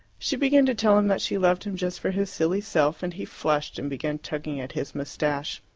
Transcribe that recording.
she began to tell him that she loved him just for his silly self, and he flushed and began tugging at his moustache.